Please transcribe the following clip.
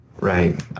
Right